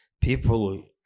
People